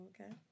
okay